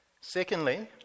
Secondly